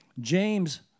James